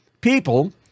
people